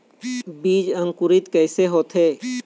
बीज अंकुरित कैसे होथे?